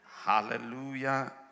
Hallelujah